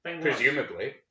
Presumably